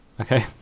okay